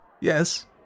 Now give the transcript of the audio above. Yes